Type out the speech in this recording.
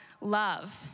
love